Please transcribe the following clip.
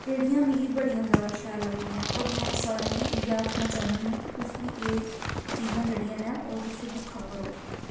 एह्ड़ियां मिगी बड़ियां जैदा शैल लगदियां और मैं सारें गी इयै अक्खना चाह्नी ऐ कि तुस वी एह् चीजां जेह्ड़ियां नै ओह् तुस दिक्खा करो